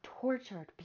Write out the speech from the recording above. tortured